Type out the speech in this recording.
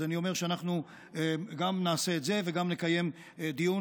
אז אני אומר שאנחנו גם נעשה את זה וגם נקיים דיון,